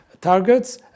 targets